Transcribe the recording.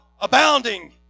abounding